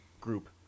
Group